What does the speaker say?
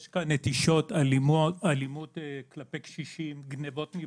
יש כאן נטישות, אלימות כלפי קשישים, גניבות מבתים.